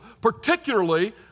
particularly